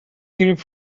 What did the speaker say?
گریپ